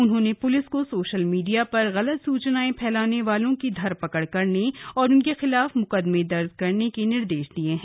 उन्होंने प्लिस को social media पर गलत सूचनाएं फैलाने वालों की धरपकड़ करने और उनके खिलाफ म्कदमे दर्ज करने के निर्देश दिए हैं